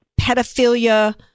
pedophilia